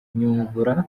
nyungura